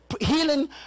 Healing